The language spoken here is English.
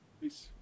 Peace